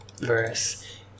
Verse